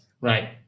Right